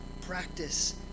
practice